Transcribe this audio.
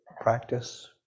practice